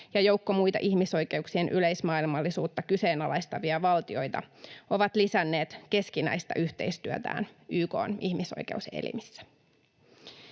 ja joukko muita ihmisoikeuksien yleismaailmallisuutta kyseenalaistavia valtioita ovat lisänneet keskinäistä yhteistyötään YK:n ihmisoikeuselimissä.